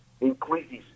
increases